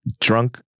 drunk